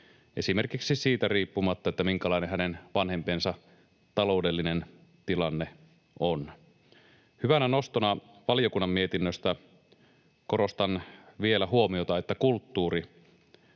esimerkiksi siitä, minkälainen hänen vanhempiensa taloudellinen tilanne on. Hyvänä nostona valiokunnan mietinnöstä korostan vielä huomiota, että kulttuuri